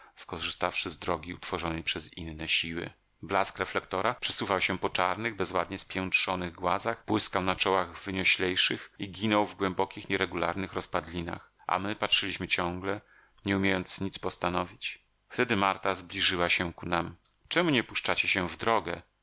skorzystawszy z drogi utworzonej przez inne siły blask reflektora przesuwał się po czarnych bezładnie spiętrzonych głazach błyskał na czołach wynioślejszych i ginął w głębokich nieregularnych rozpadlinach a my patrzyliśmy ciągle nie umiejąc nic postanowić wtedy marta zbliżyła się ku nam czemu nie puszczacie się w drogę